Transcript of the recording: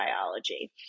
biology